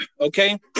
Okay